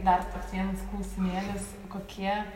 dar viens klausimėlis kokie